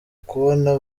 kubona